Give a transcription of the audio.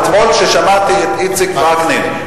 אתמול כששמעתי את איציק וקנין,